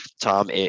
Tom